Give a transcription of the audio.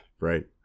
Right